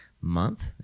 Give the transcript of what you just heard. month